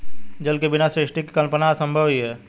जल के बिना सृष्टि की कल्पना असम्भव ही है